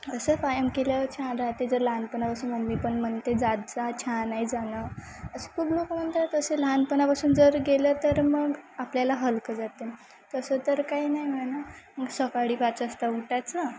असं कायम केल्यावर छान राहते जर लहानपणापासून मम्मी पण म्हणते जात जा छान आहे जाणं असं खूप लोक म्हणतात तसे लहानपणापासून जर गेलं तर मग आपल्याला हलकं जाते तसं तर काही नाही म्हणून सकाळी पाच वाजता उठायचं